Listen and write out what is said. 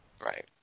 Right